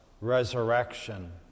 resurrection